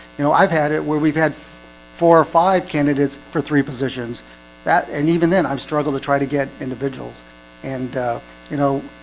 you know i've had it where we've had four or five candidates for three positions that and even then i'm struggle to try to get individuals and you know,